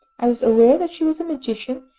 i was aware that she was a magician,